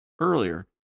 earlier